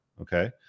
Okay